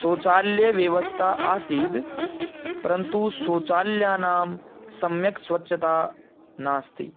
शौचालयव्यवस्था आसीत् परन्तु शौचालयानां सम्यक् स्वच्छता नास्ति